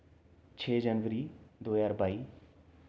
छे जनबरी दो ज्हार बाई